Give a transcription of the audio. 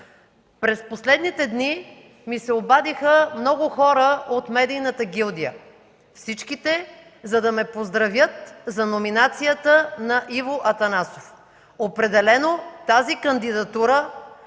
През последните дни ми се обадиха много хора от медийната гилдия – всичките, за да ме поздравят за номинацията на Иво Атанасов. Определено тази кандидатура